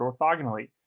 orthogonally